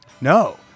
No